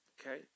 okay